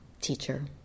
teacher